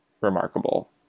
remarkable